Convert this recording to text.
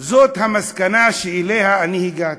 זו המסקנה שאליה אני הגעתי.